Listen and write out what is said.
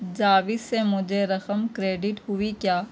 جاوید سے مجھے رقم کریڈٹ ہوئی کیا